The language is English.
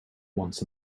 once